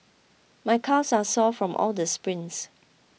my calves are sore from all the sprints